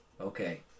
Okay